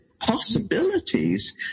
possibilities